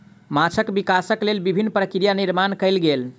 माँछक विकासक लेल विभिन्न प्रक्रिया निर्माण कयल गेल